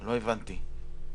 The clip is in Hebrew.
לא הבנתי.